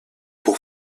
pour